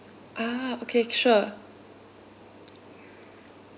ah okay sure